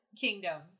kingdom